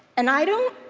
and i don't,